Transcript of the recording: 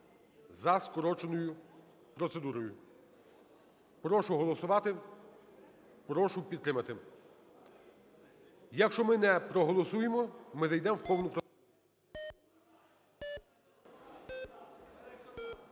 за скороченою процедурою. Прошу голосувати, прошу підтримати. Якщо ми не проголосуємо, ми зайдемо в повну…